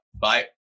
Bye